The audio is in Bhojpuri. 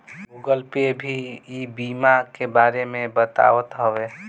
गूगल पे भी ई बीमा के बारे में बतावत हवे